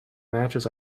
matches